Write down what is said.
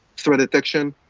threat detection,